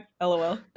LOL